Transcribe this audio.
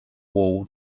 wall